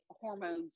hormones